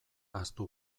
ahaztu